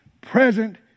present